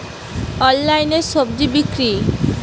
অনলাইনে স্বজি বিক্রি?